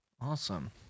Awesome